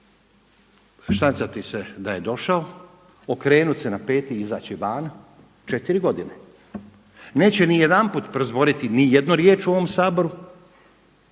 štancati se da je došao okrenuti se na peti i izaći van, četiri godine. Neće nijedanput prozboriti ni jednu riječ u ovom Saboru,